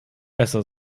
besser